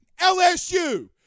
LSU